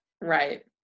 right